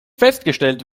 festgestellt